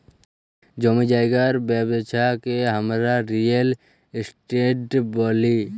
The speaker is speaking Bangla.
জমি জায়গার ব্যবচ্ছা কে হামরা রিয়েল এস্টেট ব্যলি